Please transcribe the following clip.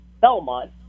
Belmont